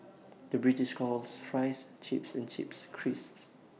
the British calls Fries Chips and Chips Crisps